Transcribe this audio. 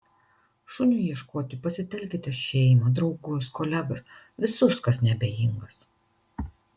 šuniui ieškoti pasitelkite šeimą draugus kolegas visus kas neabejingas